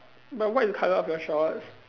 but what is the colour of your shorts